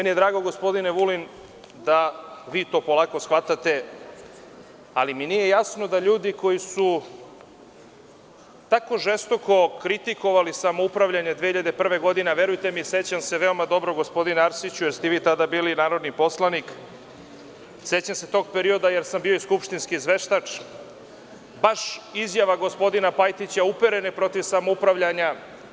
Meni je drago, gospodine Vulin, da vi to polako shvatate, ali mi nije jasno da ljudi koji su tako žestoko kritikovali samoupravljanje 2001. godine, a verujte sećam se vrlo dobro gospodine Arsiću jer ste i vi tada bili narodni poslanik, sećam se tog perioda jer sam bio skupštinski izveštač, baš izjave gospodina Pajtića uperene protiv samoupravljanja.